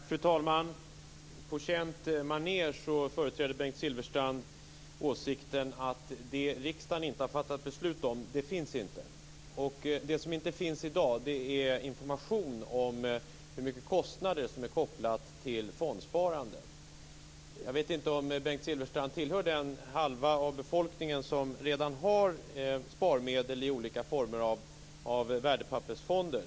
Fru talman! På känt maner företräder Bengt Silfverstrand åsikten att det som riksdagen inte har fattat beslut om inte finns; det som inte finns i dag är information om hur stora kostnader som är kopplade till fondsparande. Jag vet inte om Bengt Silfverstrand tillhör den halva av befolkningen som redan har sparmedel i olika former av värdepappersfonder.